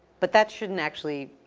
but that shouldn't actually,